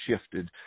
shifted